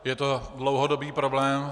Je to dlouhodobý problém.